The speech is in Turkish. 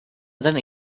eden